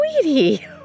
sweetie